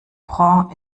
prince